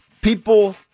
people